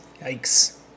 Yikes